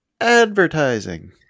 advertising